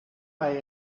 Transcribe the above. mij